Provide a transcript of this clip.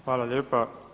Hvala lijepa.